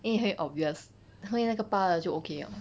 因为会 obvious 后面那个拔了就 okay 了